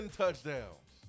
touchdowns